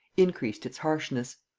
increased its harshness.